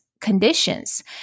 conditions